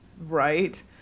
Right